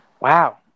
wow